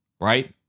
right